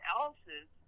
else's